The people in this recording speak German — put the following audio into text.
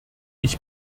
ich